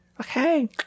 Okay